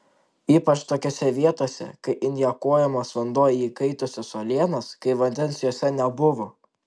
ypač tokiose vietose kai injekuojamas vanduo į įkaitusias uolienas kai vandens juose nebuvo